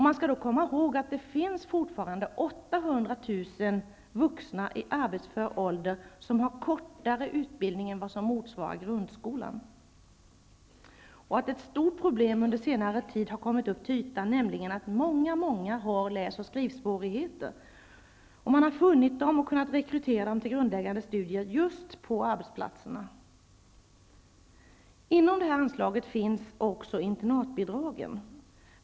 Man skall då komma ihåg att det fortfarande finns 800 000 vuxna i arbetsför ålder som har kortare utbildning än vad som motsvarar grundskolan. Ett stort problem som under senare tid har kommit upp till ytan är att väldigt många människor har läsoch skrivsvårigheter. Man har funnit dem och kunnat rekrytera dem till grundläggande studier just på arbetsplatserna. Inom detta anslag finns också internatbidragen.